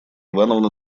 ивановна